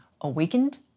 Awakened